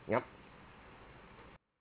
yup